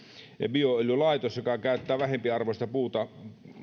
bioöljylaitos joka käyttää vähempiarvoista puuta sellaisen